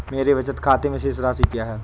मेरे बचत खाते में शेष राशि क्या है?